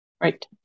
right